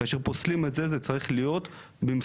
כאשר פוסלים את זה, זה צריך להיות במשורה.